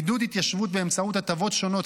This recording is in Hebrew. עידוד התיישבות באמצעות הטבות שונות,